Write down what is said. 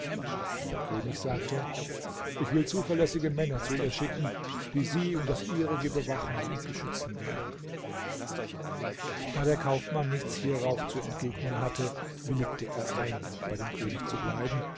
der könig sagte ich will zuverlässige männer zu ihr schicken die sie und das ihrige bewachen und beschützen werden da der kaufmann nichts hierauf zu entgegnen hatte willigte er ein bei dem könig zu bleiben